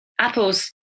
Apples